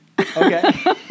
Okay